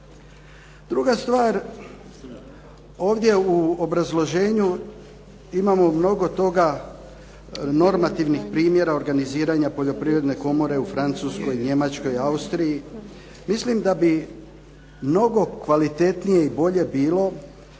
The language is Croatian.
Druga stvar, ovdje u obrazloženju imamo mnogo toga normativnih primjera organiziranja Poljoprivredne komore u Francuskoj, Njemačkoj, Austriji. Mislim da bi mnogo kvalitetnije i bolje bilo